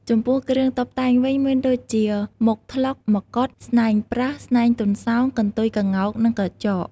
ចំពោះគ្រឿងតុបតែងវិញមានដូចជា មុខត្លុក មកុដ ស្នែងប្រើស ស្នែងទន្សោង កន្ទុយក្ងោក និងក្រចក។